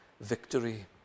victory